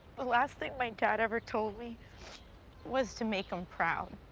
the last thing my dad ever told me was to make him proud.